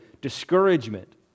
discouragement